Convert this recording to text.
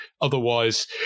Otherwise